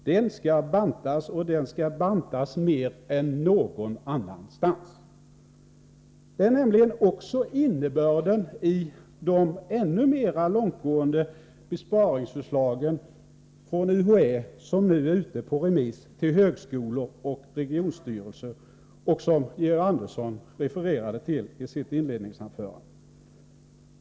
Den skall bantas, och den skall bantas mer än någon annanstans. Det är nämligen också innebördeni de ännu mera långtgående besparingsförslagen från UHÄ som nu är ute på remiss till högskolor och regionstyrelser, vilket Georg Andersson refererade till i sitt inledningsanförande.